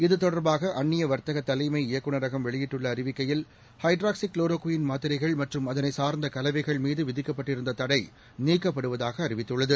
இது தொடர்பாக அந்நிய வர்த்தக தலைமை இயக்குநரகம் வெளியிட்டுள்ள அறிவிக்கையில் ஹைட்ராக்சி க்ளோரோக்வின் மாத்திரைகள் மற்றும் அதனை சார்ந்த கலவைகள் மீது விதிக்கப்பட்டிருந்த தடை நீக்கப்படுவதாக அறிவித்துள்ளது